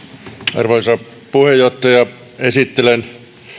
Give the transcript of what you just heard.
arvoisa puheenjohtaja esittelen